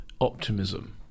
optimism